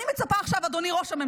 אני מצפה ממך